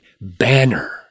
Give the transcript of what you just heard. banner